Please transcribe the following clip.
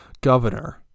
governor